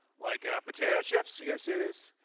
like ah potato chips you guys see this?